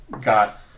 got